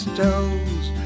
toes